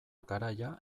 garaia